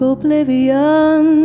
Oblivion